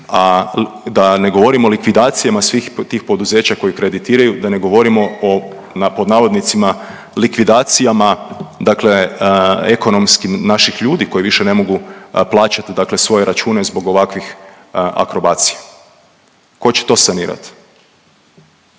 da ne govorimo o likvidacijama svih tih poduzeća koji kreditiraju, da ne govorimo o „likvidacijama“ ekonomskim naših ljudi koji više ne mogu plaćat svoje račune zbog ovakvih akrobacija. Ko će to sanirat?